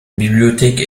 bibliothèque